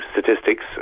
statistics